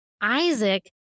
Isaac